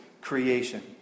creation